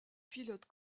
pilotes